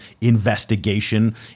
investigation